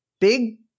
big